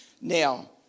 Now